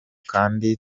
kandi